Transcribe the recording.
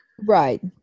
Right